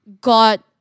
God